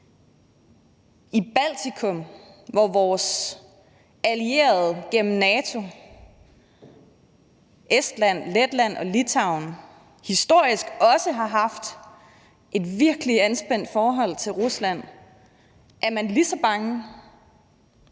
I Baltikum, hvor vores allierede gennem NATO – Estland, Letland og Litauen – historisk også har haft et virkelig anspændt forhold til Rusland, er man lige så bange.